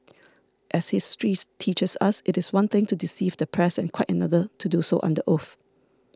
as history teaches us it is one thing to deceive the press and quite another to do so under oath